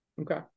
Okay